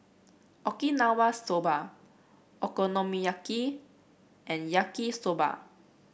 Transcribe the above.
Okinawa Soba Okonomiyaki and Yaki Soba